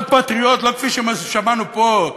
להיות פטריוט לא כפי ששמענו פה.